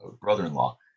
brother-in-law